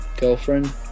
girlfriend